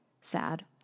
sad